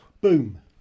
Boom